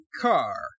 car